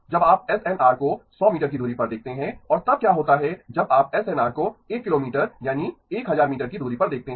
जब आप एसएनआर को 100 मीटर की दूरी पर देखते हैं और तब क्या होता है जब आप एसएनआर को 1 किलोमीटर यानी 1000 मीटर की दूरी पर देखते हैं